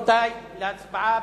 להצבעה